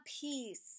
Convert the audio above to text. peace